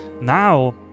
Now